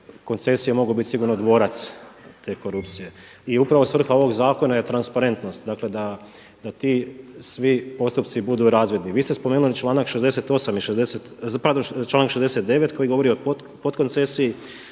koncesije mogu biti sigurno dvorac te korupcije i upravo svrha ovog zakona je transparentnost da ti svi postupci budu razvidni. Vi ste spomenuli članak 68., pardon članak 69. koji govori o podkoncesiji,